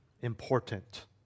important